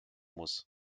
muss